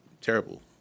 terrible